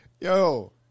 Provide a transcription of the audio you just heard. Yo